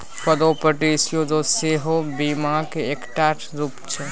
property insurance सेहो बीमाक एकटा रुप छै